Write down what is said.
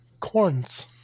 corns